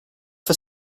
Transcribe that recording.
for